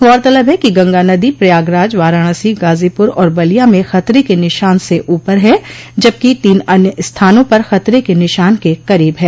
गौरतलब है कि गगा नदी प्रयागराज वाराणसी गाजीपुर और बलिया में खतरे के निशान से ऊपर है जबकि तीन अन्य स्थानों पर खतरे के निशान के करीब है